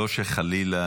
לא שחלילה,